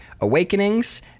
Awakenings